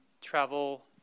travel